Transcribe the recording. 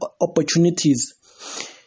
opportunities